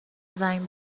زنگ